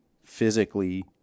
physically